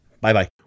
Bye-bye